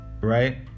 right